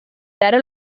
terra